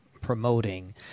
promoting